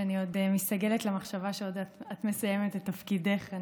שאני עוד מסתגלת למחשבה שאת מסיימת את תפקידך,